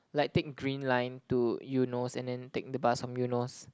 like take green line to Eunos and then take the bus from Eunos